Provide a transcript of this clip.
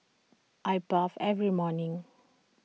I bathe every morning